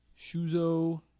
Shuzo